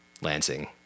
Lansing